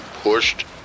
pushed